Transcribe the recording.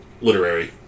Literary